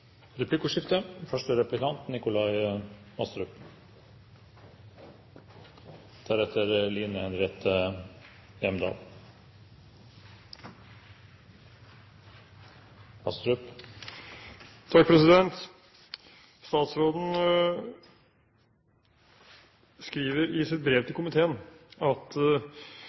replikkordskifte. Statsråden skriver i sitt brev til komiteen at